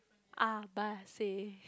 A B C